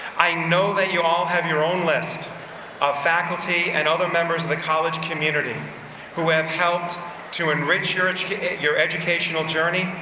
i know that you all have your own list of faculty and other members of the college community who have helped to enrich your and your educational journey,